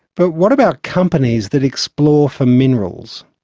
but what about companies that explore for minerals?